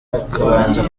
bakabanza